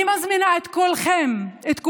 אני מזמינה את כולכם, את כולנו,